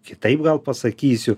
kitaip gal pasakysiu